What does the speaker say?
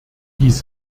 dies